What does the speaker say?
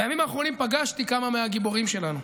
בימים האחרונים פגשתי כמה מהגיבורים שלנו.